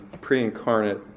pre-incarnate